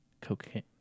cocaine